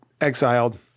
exiled